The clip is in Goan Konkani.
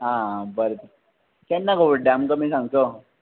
आं बरें त केन्ना गो बड्डे आमकां बी सांगचो